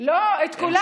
אל תעשי, לא, את כולם.